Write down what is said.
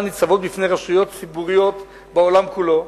ניצבות בפני רשויות ציבוריות בעולם כולו.